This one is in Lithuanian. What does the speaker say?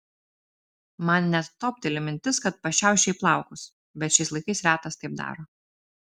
man net topteli mintis kad pašiauš jai plaukus bet šiais laikais retas taip daro